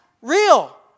Real